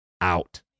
out